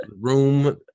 room